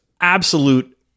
absolute